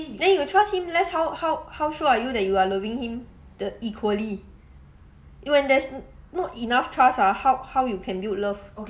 then you trust him less how how how sure are you that you are loving him the equally when there's n~ not enough trust ah how how you can build love